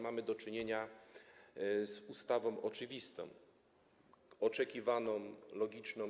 Mamy do czynienia z ustawą oczywistą, oczekiwaną, logiczną.